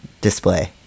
display